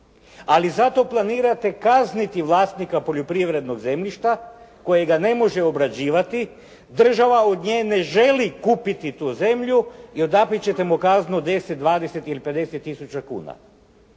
ali zato planirate kazniti vlasnika poljoprivrednog zemljišta kojega ne može obrađivati, država od nje ne želi kupiti tu zemlju i odapet ćete mu kaznu 10, 20 ili 50 tisuća kuna.